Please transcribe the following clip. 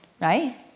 right